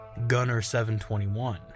Gunner721